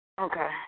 Okay